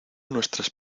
nuestras